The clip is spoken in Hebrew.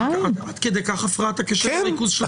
עד כדי כך הפרעת הקשב והריכוז שלך בעייתית?